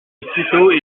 aussitôt